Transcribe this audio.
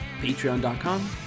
patreon.com